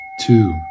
Two